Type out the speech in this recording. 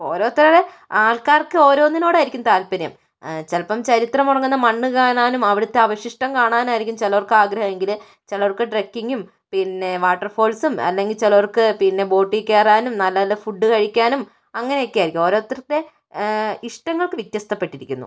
ഓരോരുത്തരുടെ ആൾക്കാർക്ക് ഓരോന്നിനോട് ആയിരിക്കും താത്പര്യം ചിലപ്പം ചരിത്രമുറങ്ങുന്ന മണ്ണ് കാണാനും അവിടുത്തെ അവശിഷ്ടം കാണാനും ആയിരിക്കും ചിലർക്ക് ആഗ്രഹമെങ്കിലും ചിലവർക്ക് ട്രെക്കിങ്ങും പിന്നെ വാട്ടർ സ്പോർട്സും അല്ലെങ്കിൽ ചിലവർക്ക് പിന്നെ ബോട്ടിൽ കയറാനും നല്ല നല്ല ഫുഡ് കഴിക്കാനും അങ്ങനെയൊക്കെ ആയിരിക്കും ഓരോരുത്തരുടെ ഇഷ്ടങ്ങൾക്ക് വ്യത്യസ്തപ്പെട്ടിരിക്കുന്നു